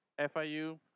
FIU